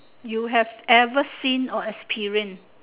you have ever seen or experience